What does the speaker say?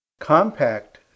compact